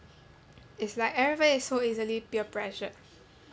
it's like everybody is so easily peer pressured